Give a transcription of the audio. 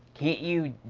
you,